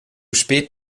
spät